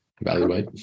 Evaluate